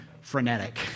frenetic